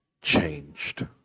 changed